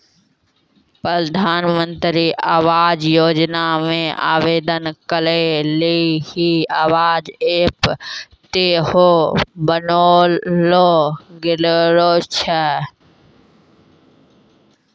प्रधानमन्त्री आवास योजना मे आवेदन करै लेली आवास ऐप सेहो बनैलो गेलो छै